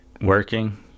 working